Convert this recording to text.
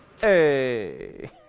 Hey